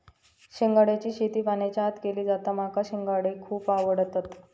शिंगाड्याची शेती पाण्याच्या आत केली जाता माका शिंगाडे खुप आवडतत